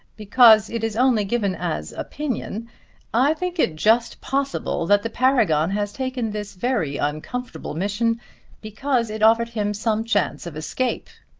because it is only given as opinion i think it just possible that the paragon has taken this very uncomfortable mission because it offered him some chance of escape.